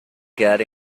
quedar